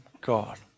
God